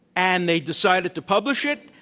and they decided to publish it,